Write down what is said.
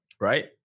Right